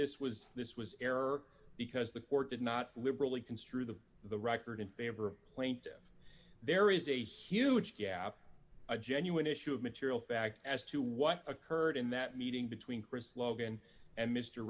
this was this was error because the court did not liberally construe the the record in favor of plaintive there is a huge gap a genuine issue of material fact as to what occurred in that meeting between chris logan and mr